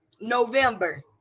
November